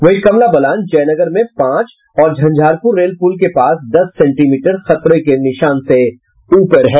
वहीं कमला बलान जयनगर में पांच और झंझारपुर रेल पुल के पास दस सेंटीमीटर खतरे के निशान से ऊपर है